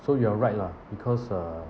so you are right lah because uh